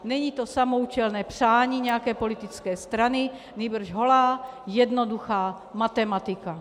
Není to samoúčelné přání nějaké politické strany, nýbrž holá jednoduchá matematika.